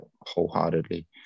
wholeheartedly